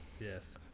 Yes